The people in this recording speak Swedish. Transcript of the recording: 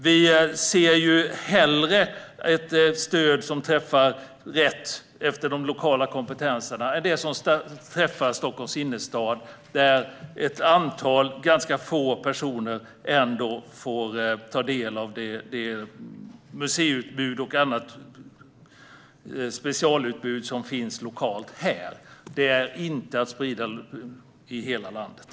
Vi ser hellre ett stöd som träffar rätt efter de lokala kompetenserna än ett stöd som träffar Stockholms innerstad, där ett ganska litet antal personer får ta del av det museiutbud och annat specialutbud som finns lokalt här. Detta innebär inte spridning i hela landet.